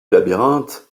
labyrinthe